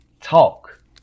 talk